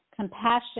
Compassion